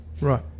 Right